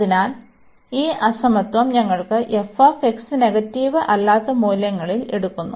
അതിനാൽ ഈ അസമത്വം ഞങ്ങൾക്ക് f നെഗറ്റീവ് അല്ലാത്ത മൂല്യങ്ങളിൽ എടുക്കുന്നു